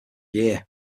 year